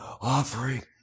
offering